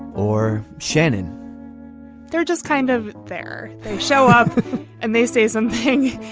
or shannon they're just kind of there. they show up and they say something.